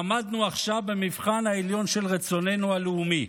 הועמדנו עכשיו במבחן העליון של רצוננו הלאומי.